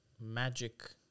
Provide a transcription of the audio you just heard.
Magic